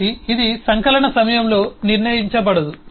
కాబట్టి ఇది సంకలనం సమయంలో నిర్ణయించబడదు